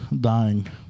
dying